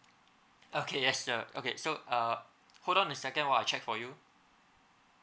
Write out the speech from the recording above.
okay yes sir okay so uh hold on a second while I check for you